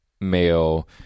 male